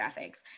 graphics